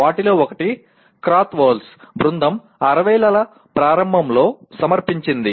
వాటిలో ఒకటి Krathwohl Krathwohl's బృందం '60 ల ప్రారంభంలో సమర్పించింది